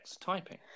typing